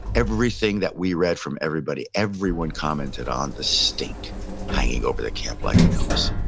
everything that we read from everybody. everyone commented on the stink hanging over the camp like an illness.